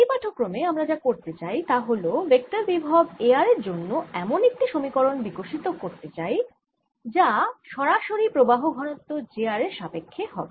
এই পাঠক্রমে আমরা যা করতে চাই তা হল ভেক্টর বিভব A r এর জন্য এমন একটি সমীকরণ বিকশিত করতে চাই যা সরাসরি প্রবাহ ঘনত্ব j r এর সাপেক্ষ্যে হবে